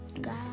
God